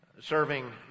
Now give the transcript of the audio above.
serving